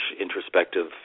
introspective